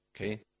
Okay